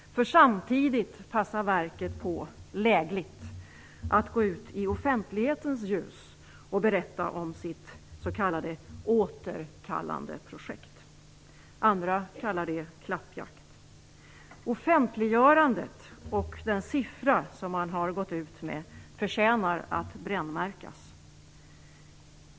För samtidigt passar verket lägligt på att gå ut i offentlighetens ljus och berätta om sitt s.k. återkallandeprojekt. Andra kallar det klappjakt. Offentliggörandet och den siffra som man har gått ut med förtjänar att brännmärkas.